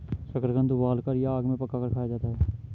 शकरकंद उबालकर या आग में पकाकर खाया जाता है